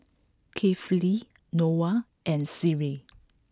Kefli Noah and Seri